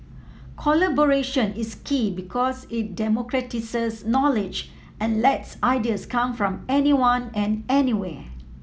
collaboration is key because it democratises knowledge and lets ideas come from anyone and anywhere